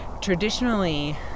Traditionally